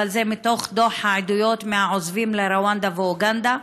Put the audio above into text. אבל זה מתוך דוח העדויות של העוזבים לרואנדה ולאוגנדה.